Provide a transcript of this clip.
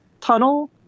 tunnel